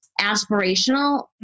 aspirational